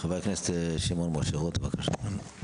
חבר הכנסת, שמעון משה רוט, בבקשה.